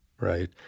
Right